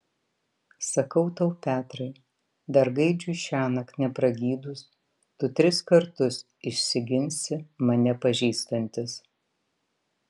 sakau tau petrai dar gaidžiui šiąnakt nepragydus tu tris kartus išsiginsi mane pažįstantis